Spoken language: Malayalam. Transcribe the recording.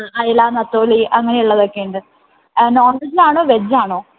അയല നെത്തോലി അങ്ങനെ ഉള്ളതൊക്കെയുണ്ട് നോൺ വെജ് ആണോ വെജ് ആണോ